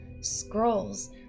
scrolls